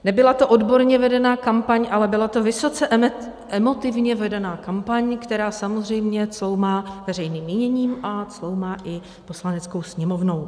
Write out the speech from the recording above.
Nebyla to odborně vedená kampaň, ale byla to vysoce emotivně vedená kampaň, která samozřejmě cloumá veřejným míněním a cloumá i Poslaneckou sněmovnou.